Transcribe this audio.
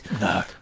No